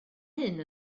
hyn